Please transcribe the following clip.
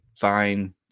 fine